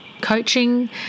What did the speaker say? coaching